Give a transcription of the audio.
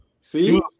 See